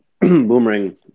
Boomerang